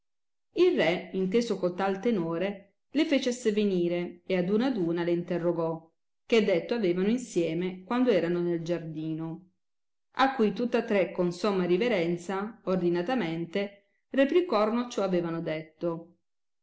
il re inteso cotal tenore le fece a sé venire e ad una ad una le interrogò che detto avevano insieme quando erano nel giardino a cui tutta tre con somma riverenza ordinatamente replicorono ciò avevano detto